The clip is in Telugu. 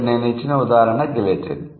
ఇక్కడ నేను ఇచ్చిన ఉదాహరణ గిలెటిన్